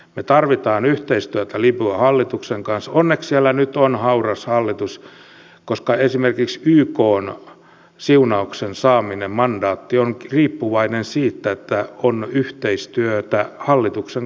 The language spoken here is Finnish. me tarvitsemme yhteistyötä libyan hallituksen kanssa ja onneksi siellä nyt on hauras hallitus koska esimerkiksi ykn siunauksen saaminen mandaatti on riippuvainen siitä että on yhteistyötä hallituksen kanssa